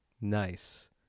Nice